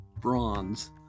bronze